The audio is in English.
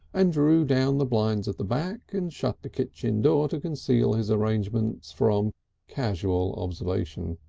and drew down the blinds at the back and shut the kitchen door to conceal his arrangements from casual observation.